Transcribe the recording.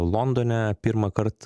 londone pirmąkart